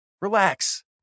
Relax